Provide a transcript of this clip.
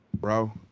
Bro